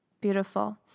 beautiful